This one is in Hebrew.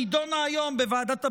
שנדונה היום בוועדת הבריאות.